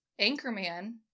Anchorman